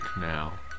now